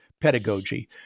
pedagogy